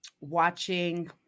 watching